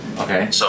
Okay